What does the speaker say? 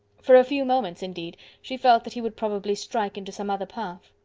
for a few moments, indeed, she felt that he would probably strike into some other path.